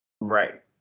Right